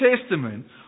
Testament